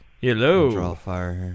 Hello